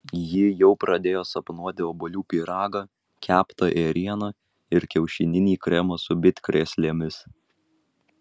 ji jau pradėjo sapnuoti obuolių pyragą keptą ėrieną ir kiaušininį kremą su bitkrėslėmis